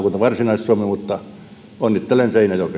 varsinais suomessa mutta onnittelen